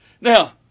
Now